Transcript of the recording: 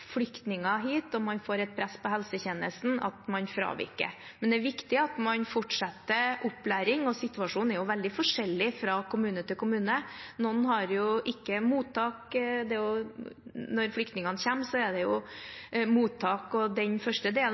flyktninger hit og man får et press på helsetjenesten, kan man fravike. Men det er viktig at man fortsetter opplæringen, og situasjonen er veldig forskjellig fra kommune til kommune. Noen har jo ikke mottak. Når flyktningene kommer, er det mottak og den første delen